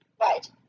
Right